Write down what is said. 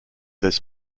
this